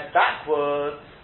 backwards